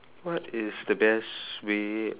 what is the best way